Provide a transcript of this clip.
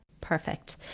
Perfect